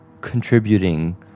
contributing